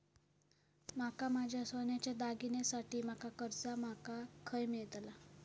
माका माझ्या सोन्याच्या दागिन्यांसाठी माका कर्जा माका खय मेळतल?